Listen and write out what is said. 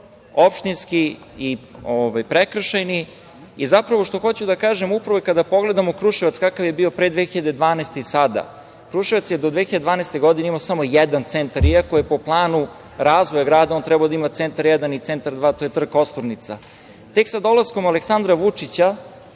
opštinski i prekršajni. Zapravo, hoću da kažem da, kada pogledamo Kruševac kakav je bio pre 2012. godine i sada, Kruševac je do 2012. godine imao samo jedan centar, iako je po planu razvoja grada on trebao da ima centar jedan i centar dva, to je Trg kosturnica. Tek sa dolaskom Aleksandra Vučića